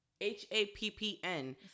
H-A-P-P-N